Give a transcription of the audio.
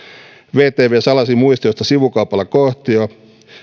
vtv salasi muistiosta sivukaupalla kohtia